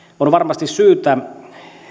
on varmasti syytä